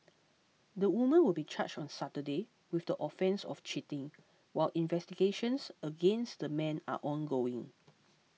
the woman will be charged on Saturday with the offence of cheating while investigations against the man are ongoing